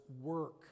work